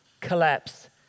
collapse